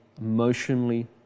emotionally